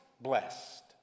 blessed